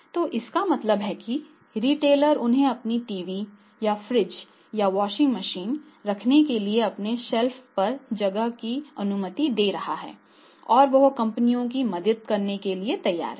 तो इसका मतलब है कि रिटेलर उन्हें अपने टीवी या फ्रिज या वॉशिंग मशीन रखने के लिए अपने शेल्फ पर जगह की अनुमति दे रहा है और वह कंपनियों की मदद करने के लिए तैयार है